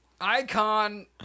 icon